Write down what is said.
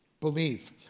believe